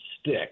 stick